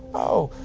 oh,